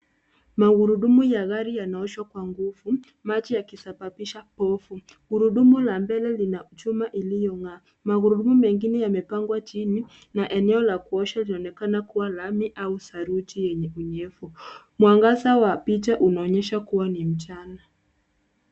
Magurudumu ya gari yanaoshwa kwa nguvu maji yakisababisha pofu gurudumu la mbele lina chuma iliyongaa ,magurudumu mengine yamepangwa chini na eneo la kuosha linaonekana kuwa lami au saruji yenye unyevu mwangaza wa picha unaonyesha kuwa ni mchana.